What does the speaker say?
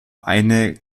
eine